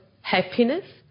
happiness